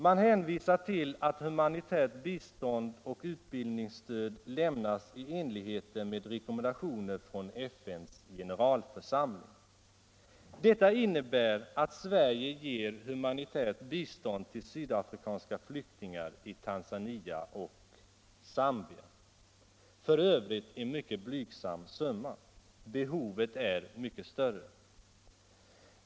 Man hänvisar till att humanitärt bistånd och utbildningsstöd lämnas i enlighet med rekommendationer från FN:s generalförsamling. Detta innebär att Sverige ger humanitärt bistånd till sydafrikanska flyktingar i Tanzania och Zambia — f. ö. en blygsam summa. Behovet är mycket större.